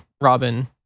robin